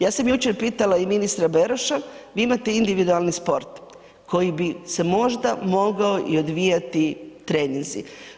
Ja sam jučer pitala i ministra Beroša vi imate individualni sport koji bi se možda mogao i odvijati treninzi.